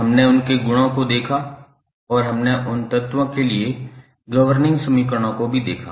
हमने उनके गुणों को देखा और हमने उन तत्वों के लिए गवर्निंग समीकरणों को भी देखा